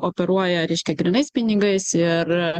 operuoja reiškia grynais pinigais ir